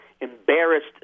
embarrassed